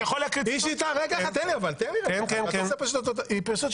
קראת לי, רוטמן?